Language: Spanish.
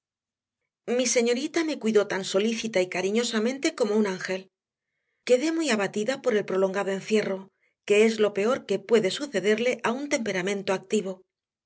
mi señorita me cuidó tan solícita y cariñosamente como un ángel quedé muy abatida por el prolongado encierro que es lo peor que puede sucederle a un temperamento activo